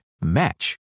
match